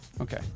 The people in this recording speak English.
Okay